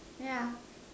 yeah